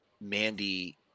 Mandy